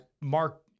Mark